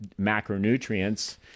macronutrients